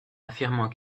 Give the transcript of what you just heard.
affirmant